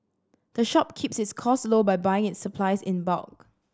the shop keeps its costs low by buying its supplies in bulk